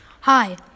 Hi